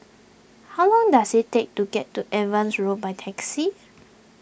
how long does it take to get to Evans Road by taxi